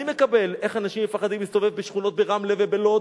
אני מקבל איך אנשים מפחדים להסתובב בשכונות ברמלה ובלוד